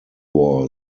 war